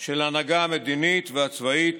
של ההנהגה המדינית והצבאית.